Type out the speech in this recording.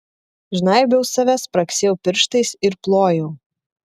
žnaibiau save spragsėjau pirštais ir plojau